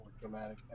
dramatic